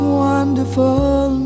wonderful